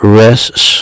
rests